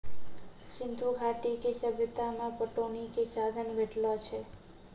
सिंधु घाटी के सभ्यता मे पटौनी के साधन भेटलो छै